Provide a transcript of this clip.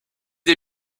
des